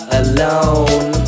alone